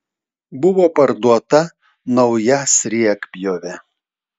buvo parduota nauja sriegpjovė